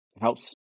helps